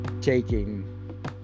taking